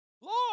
Lord